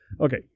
okay